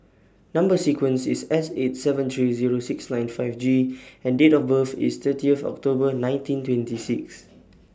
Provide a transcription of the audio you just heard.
Number sequence IS S eight seven three Zero six nine five G and Date of birth IS thirtieth October nineteen twenty six